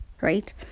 right